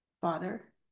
Father